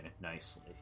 Nicely